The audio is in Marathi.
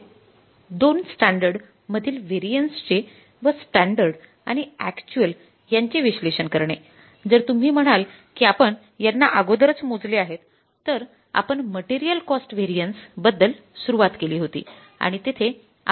२५ इतके मिळाले हे फेव्हरेबल आहे